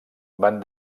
van